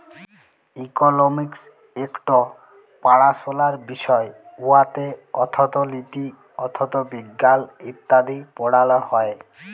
economics ইকট পাড়াশলার বিষয় উয়াতে অথ্থলিতি, অথ্থবিজ্ঞাল ইত্যাদি পড়াল হ্যয়